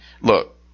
Look